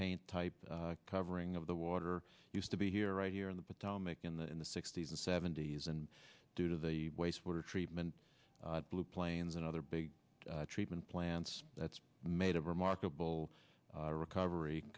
paint type covering of the water used to be here right here in the potomac in the in the sixty's and seventy's and due to the wastewater treatment blue plains and other big treatment plants that's made a remarkable recover